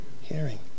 hearing